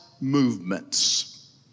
movements